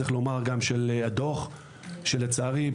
לצערי,